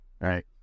Right